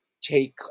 take